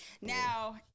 now